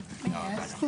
האחרונה.